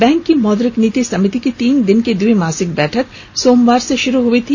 bank की मौद्रिक नीति समिति की तीन दिन की द्विमासिक बैठक सोमवार से शुरू हई थी